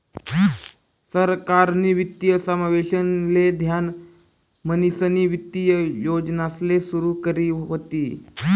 सरकारनी वित्तीय समावेशन ले ध्यान म्हणीसनी वित्तीय योजनासले सुरू करी व्हती